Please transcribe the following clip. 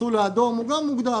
המסלול האדום גם מוגדר.